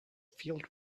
filled